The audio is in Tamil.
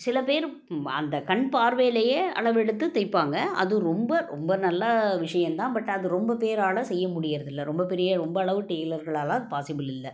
சில பேர் அந்த கண் பார்வையிலேயே அளவெடுத்து தைப்பாங்க அது ரொம்ப ரொம்ப நல்ல விஷயம் தான் பட் அது ரொம்ப பேரால் செய்ய முடிகிறதில்ல ரொம்ப பெரிய ரொம்ப அளவு டெய்லர்களால் அது பாஸிபிள் இல்லை